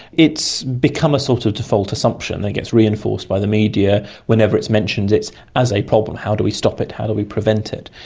become a sort of default assumption that gets reinforced by the media. whenever it's mentioned it's as a problem how do we stop it, how do we prevent it?